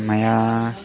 मया